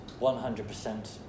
100%